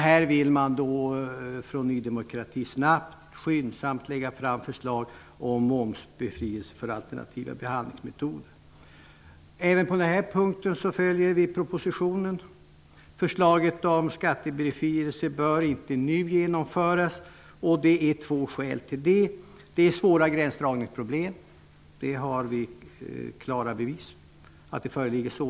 Här vill Ny demokrati att regeringen skyndsamt skall lägga fram förslag om momsbefrielse för alternativa behandlingsmetoder. Även på denna punkt följer utskottet propositionen. Förslaget om skattebefrielse bör inte nu genomföras, och det finns två skäl härför. Det skulle uppstå svåra gränsdragningsproblem. Det har vi klara bevis för.